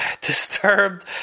Disturbed